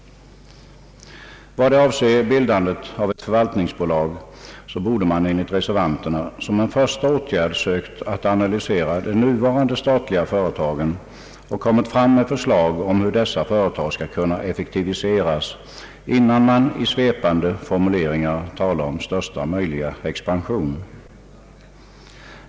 Vad avser bildandet av ett förvaltningsbolag borde man enligt reservanterna som en första åtgärd ha sökt analysera de nuvarande statliga företagen och lagt fram förslag om hur dessa företag skulle kunna effektiveras, innan man i svepande formuleringar talar om största möjliga expansion.